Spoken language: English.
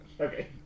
Okay